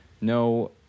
no